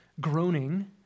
groaning